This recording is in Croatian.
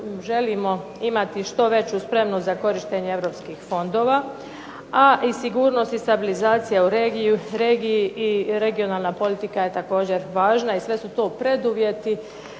želimo imati što veću spremnost za korištenje europskih fondova, a i sigurnost i stabilizacija u regiji i regionalna politika je također važna i sve su to preduvjeti